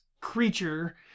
creature